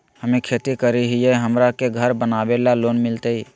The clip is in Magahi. हमे खेती करई हियई, हमरा के घर बनावे ल लोन मिलतई?